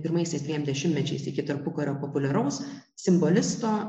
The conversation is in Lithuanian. pirmaisiais dviem dešimtmečiais iki tarpukario populiaraus simbolisto